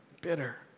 Bitter